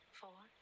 four